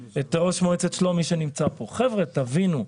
חבר'ה, תבינו,